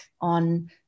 on